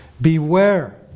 Beware